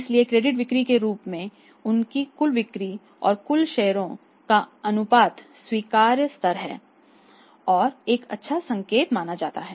इसलिए क्रेडिट बिक्री के रूप में उनकी कुल बिक्री और कुल शेयरों का अनुपात स्वीकार्य स्तर है और एक अच्छा संकेतक माना जाता है